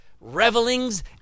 revelings